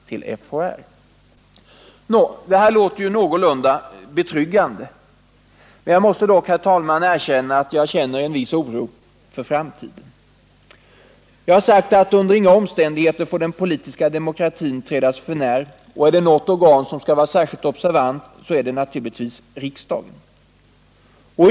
ä R Nå, det här låter ju någorlunda betryggande. Jag måste dock, herr talman, erkänna att jag känner en viss oro för framtiden. Vi har sagt att den politiska demokratin under inga omständigheter får trädas för när, och är det något organ som skall vara särskilt observant är det naturligtvis riksdagen.